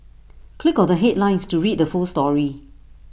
click on the headlines to read the full story